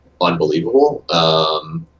unbelievable